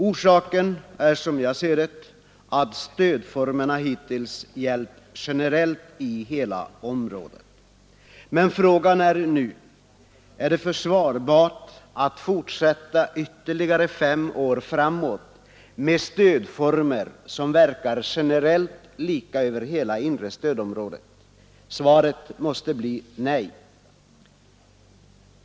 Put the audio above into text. Orsaken är, som jag ser det, att stödformerna hittills gällt generellt i hela området. Men frågan är nu: Är det försvarbart att fortsätta ytterligare fem år framåt med stödformer som verkar generellt lika över hela inre stödområdet? Svaret måste bli nej.